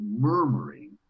murmuring